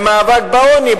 למאבק בעוני,